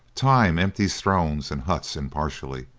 time empties thrones and huts impartially,